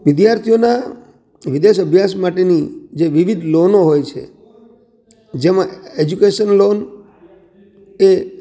વિદ્યાર્થીઓના વિદેશ અભ્યાસ માટેની જે વિવિધ લોનો હોય છે જેમાં એજ્યુકેશન લોન એ